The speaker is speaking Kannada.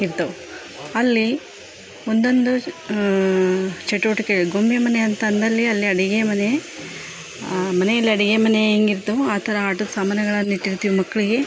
ಇರ್ತವೆ ಅಲ್ಲಿ ಒಂದೊಂದು ಚಟುವಟಿಕೆ ಗೊಂಬೆ ಮನೆ ಅಂತ ಅಂದಲ್ಲಿ ಅಲ್ಲಿ ಅಡುಗೆ ಮನೆ ಮನೇಲಿ ಅಡುಗೆ ಮನೆ ಹೇಗಿರ್ತವು ಆ ಥರ ಆಟದ ಸಾಮನುಗಳನ್ ಇಟ್ಟಿರ್ತೀವಿ ಮಕ್ಕಳಿಗೆ